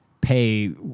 pay